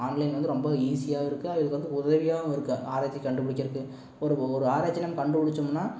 online வந்து ரொம்ப ஈஸியாகருக்கு இதுக்கு வந்து உதவியாகவும் இருக்குது ஆராய்ச்சி கண்டுபிடிக்கிறதுக்கு ஒரு ஒரு ஆராய்ச்சியை நம்ம கண்டு பிடிச்சோம்னா